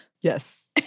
Yes